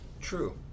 True